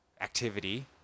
activity